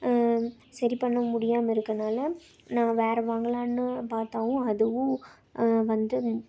சரி பண்ண முடியாமல் இருக்கனால நான் வேற வாங்கலாம்னு பார்த்தாவும் அதுவும் வந்து